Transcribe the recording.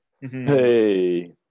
Hey